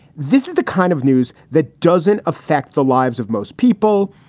this is the kind of news that doesn't affect the lives of most people.